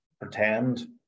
pretend